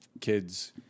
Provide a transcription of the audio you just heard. kids